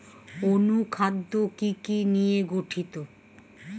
অনুখাদ্য কি কি নিয়ে গঠিত?